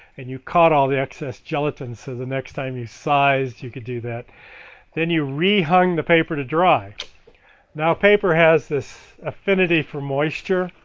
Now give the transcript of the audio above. and you caught all the excess gelatin so the next time you sized you can do that then you re-hung the paper to dry now paper has this affinity for moisture,